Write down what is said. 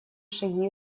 шаги